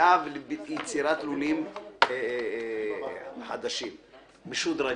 ליציאה וליצירת לולים חדשים משודרגים.